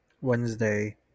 Wednesday